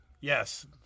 yes